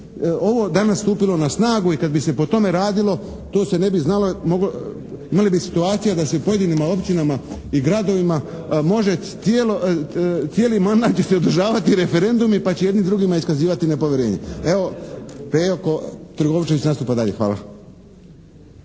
ovo danas stupilo na snagu i kad bi se po tome radilo to se ne bi znalo, moglo, imali bi situacije da se pojedinima općinama i gradovima može cijelo, cijeli mandat se održavati referendumi pa će jedni drugima iskazivati nepovjerenje. Evo Pejo Trgovčević nastupa dalje. Hvala.